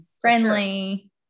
Friendly